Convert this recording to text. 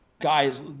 Guys